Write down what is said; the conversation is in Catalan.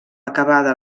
acabada